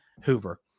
Hoover